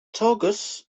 taŭgas